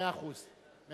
מצביע עוזי